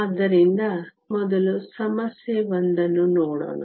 ಆದ್ದರಿಂದ ಮೊದಲು ಸಮಸ್ಯೆ ಒಂದನ್ನು ನೋಡೋಣ